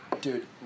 dude